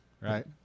right